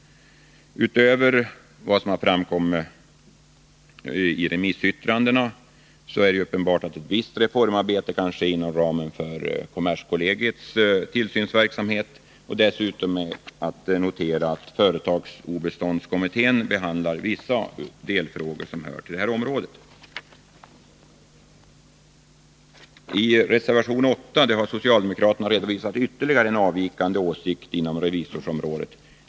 Utöver vad som framkommit i remissyttrandena är det uppenbart att ett visst reformarbete kan ske inom ramen för kommerskollegiets tillsynsverksamhet. Dessutom är att notera att företagsobeståndskommittén behandlar vissa delfrågor som hör till det här området. I reservation 8 har socialdemokraterna redovisat ytterligare en avvikande åsikt när det gäller revisorsområdet.